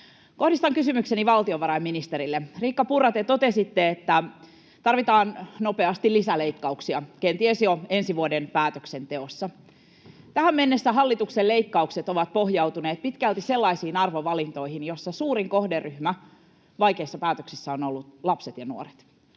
Kohdistan kysymykseni valtiovarainministerille. Riikka Purra, te totesitte, että tarvitaan nopeasti lisäleikkauksia, kenties jo ensi vuoden päätöksenteossa. Tähän mennessä hallituksen leikkaukset ovat pohjautuneet pitkälti sellaisiin arvovalintoihin, joissa suurin kohderyhmä vaikeissa päätöksissä on ollut lapset ja nuoret.